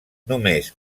només